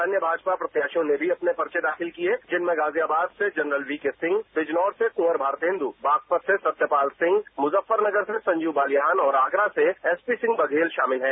अन्य भाजपा प्रत्याशियों ने भी अपने पर्वे दाखिल किये जिनमें गाजियाबाद से जनरल वीके सिंह बिजनौर से कुंवर भारतेन्द बागपत से सत्यपाल सिंह मुजफ्फरनगर से संजीव बालियान और आगरा से एस पी सिंह बघेल शामिल हैं